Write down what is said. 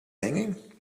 hanging